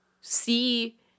see